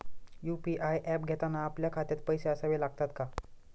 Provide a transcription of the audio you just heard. UPI app घेताना आपल्या खात्यात पैसे असावे लागतात का?